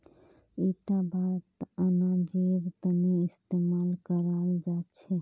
इटा बात अनाजेर तने इस्तेमाल कराल जा छे